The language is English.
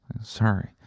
Sorry